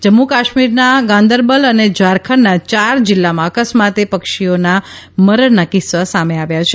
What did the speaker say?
જમ્મુ કાશ્મીરના ગાંદરબલ અને ઝારખંડના ચાર જીલ્લામાં અકસ્માતે પક્ષીઓના મરણના કિસ્સા સામે આવ્યા છે